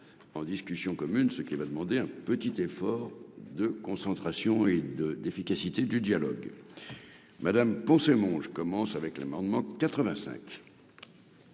en discussion commune, ce qui va demander un petit effort de concentration et de d'efficacité du dialogue madame mon je commence avec l'amendement 85.